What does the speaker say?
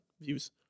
views